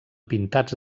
pintats